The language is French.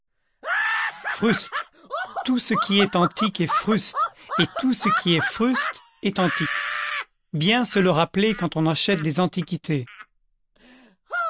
fruste tout ce qui antique est fruste et tout ce qui est fruste est antique bien se le rappeler quand on achète des antiquités